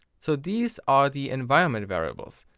so these are the environment variables.